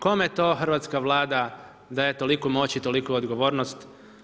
Kome to hrvatska Vlada daje toliku moć i toliku odgovornost?